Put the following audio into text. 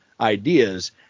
ideas